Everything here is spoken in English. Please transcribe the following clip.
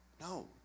No